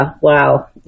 wow